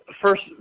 first